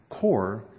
core